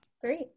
Great